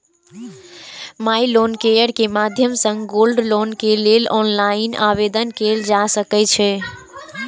माइ loan care के माध्यम सं गोल्ड लोन के लेल ऑनलाइन आवेदन कैल जा सकै छै